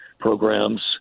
programs